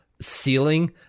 ceiling